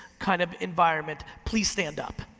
kind of environment, please stand up.